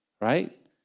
right